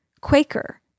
Quaker